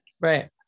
right